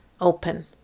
open